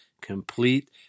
complete